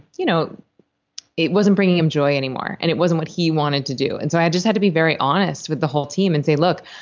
you know it wasn't bringing him joy anymore, and it wasn't what he wanted to do and so i just had to be very honest with the whole team and say, look,